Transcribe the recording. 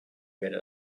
werde